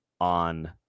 on